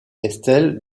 estelle